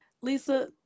Lisa